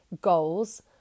goals